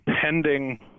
pending